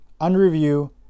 Unreview